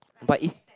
but it's